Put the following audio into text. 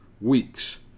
weeks